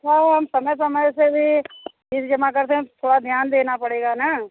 ठीक है हम समय समय से भी फीस जमा करते हैं थोड़ा ध्यान देना पड़ेगा ना